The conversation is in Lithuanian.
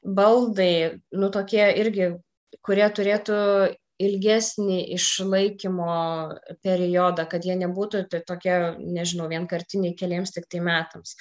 baldai nu tokie irgi kurie turėtų ilgesnį išlaikymo periodą kad jie nebūtų tokie nežinau vienkartiniai keliems tiktai metams